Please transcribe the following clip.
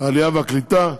העלייה והקליטה,